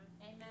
Amen